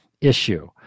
issue